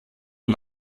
und